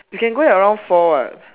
you can go around four what